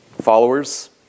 followers